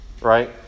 right